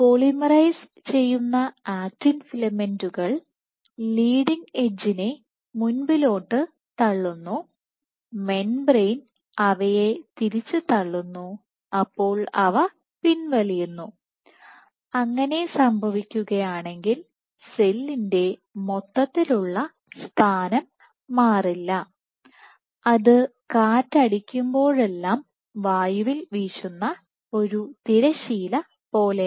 polymerise ചെയ്യുന്ന actin ഫിലമെന്റുകൾ leading എഡ്ജിനെ മുൻപിലോട്ട് തള്ളുന്നു മെംബ്രേയ്ൻ അവയെ തിരിച്ചു തള്ളുന്നു അപ്പോൾ അവ പിൻവലിയുന്നു അങ്ങനെ സംഭവിക്കുകയാണെങ്കിൽ സെല്ലിന്റെ മൊത്തത്തിലുള്ള സ്ഥാനം മാറില്ല അത് കാറ്റ് അടിക്കുമ്പോഴെല്ലാം വായുവിൽ വീശുന്ന ഒരു തിരശ്ശീല പോലെയാണ്